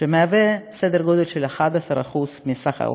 שהם סדר גודל של 11% מכלל האוכלוסייה,